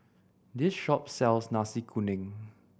this shop sells Nasi Kuning